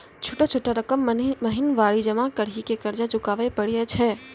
छोटा छोटा रकम महीनवारी जमा करि के कर्जा चुकाबै परए छियै?